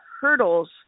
hurdles